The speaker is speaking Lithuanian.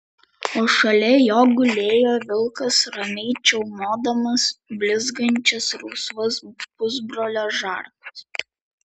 o šalia jo gulėjo vilkas ramiai čiaumodamas blizgančias rausvas pusbrolio žarnas